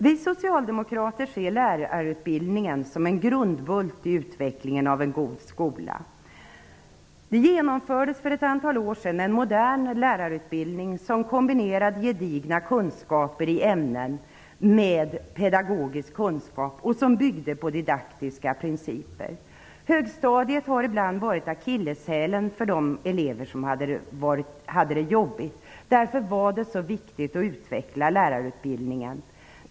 Vi socialdemokrater ser lärarutbildningen som en grundbult i utvecklingen av en god skola. Det genomfördes för ett antal år sedan en modern lärarutbildning som kombinerade gedigna ämneskunskaper med pedagogisk kunskap och som byggde på didaktiska principer. Högstadiet har ibland varit akilleshälen för de elever som har det jobbigt. Därför var det så viktigt att utveckla lärarutbildningen.